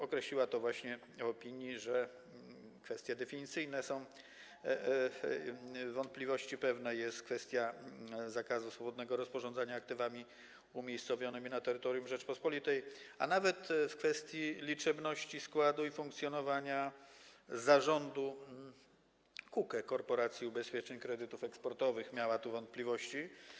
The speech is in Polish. Określiła właśnie w tej opinii, że kwestie definicyjne budzą pewne wątpliwości, jest kwestia zakazu swobodnego rozporządzania aktywami umiejscowionymi na terytorium Rzeczypospolitej, a nawet w kwestii liczebności, składu i funkcjonowania Zarządu KUKE, Korporacji Ubezpieczeń Kredytów Eksportowych, miała ona wątpliwości.